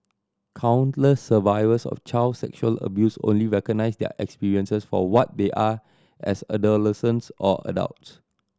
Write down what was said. countless survivors of child sexual abuse only recognise their experiences for what they are as adolescents or adults